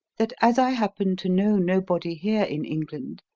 that as i happen to know nobody here in england,